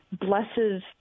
blesses